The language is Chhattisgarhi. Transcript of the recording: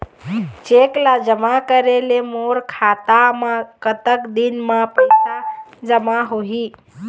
चेक ला जमा करे ले मोर खाता मा कतक दिन मा पैसा जमा होही?